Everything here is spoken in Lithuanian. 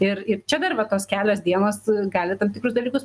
ir ir čia dar va tos kelios dienos gali tam tikrus dalykus